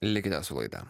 likite su laida